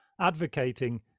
advocating